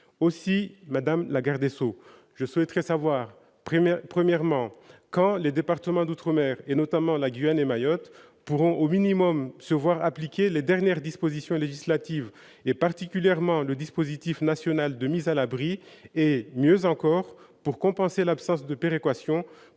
Aussi, madame la garde des sceaux, je souhaite tout d'abord savoir quand les départements d'outre-mer, notamment la Guyane et Mayotte, pourront au minimum se voir appliquer les dernières dispositions législatives, particulièrement le dispositif national de mise à l'abri et, mieux encore, pour compenser l'absence de péréquation, bénéficier